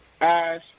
Ash